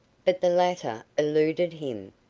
but the latter eluded him,